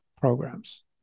programs